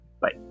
Bye